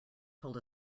told